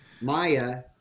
Maya